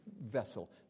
vessel